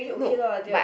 nope but